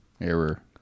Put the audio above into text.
Error